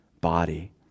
body